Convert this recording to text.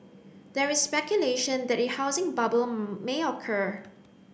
there is speculation that a housing bubble may occur